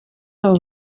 abo